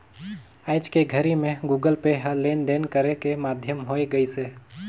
आयज के घरी मे गुगल पे ह लेन देन करे के माधियम होय गइसे